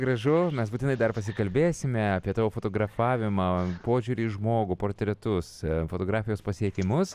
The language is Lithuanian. gražu mes būtinai dar pasikalbėsime apie tavo fotografavimą požiūrį į žmogų portretus fotografijos pasiekimus